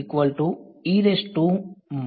વિદ્યાર્થી